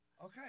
Okay